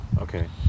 Okay